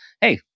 hey